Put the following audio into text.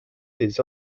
des